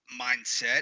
mindset